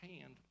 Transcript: hand